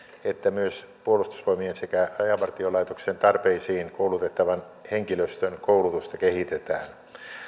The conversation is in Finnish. että myös puolustusvoimien sekä rajavartiolaitoksen tarpeisiin koulutettavan henkilöstön koulutusta kehitetään